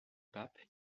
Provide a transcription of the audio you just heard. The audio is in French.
pape